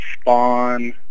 Spawn